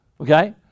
Okay